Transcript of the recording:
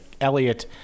Elliot